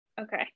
Okay